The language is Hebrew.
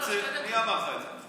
מי אמר לך את זה?